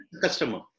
Customer